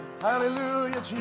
hallelujah